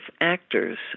actors